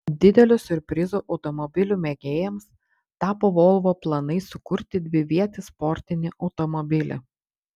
dideliu siurprizu automobilių mėgėjams tapo volvo planai sukurti dvivietį sportinį automobilį